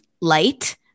light